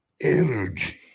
energy